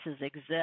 exist